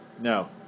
No